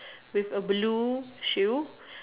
with a blue shoe